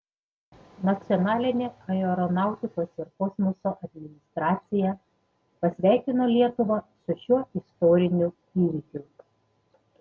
nacionalinė aeronautikos ir kosmoso administracija pasveikino lietuvą su šiuo istoriniu įvykiu